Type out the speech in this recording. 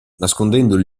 nascondendo